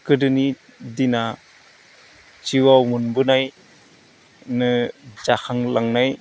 गोदोनि दिना जिउआव मोनबोनायनो जाखांलांनाय